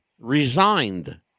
resigned